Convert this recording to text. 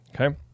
Okay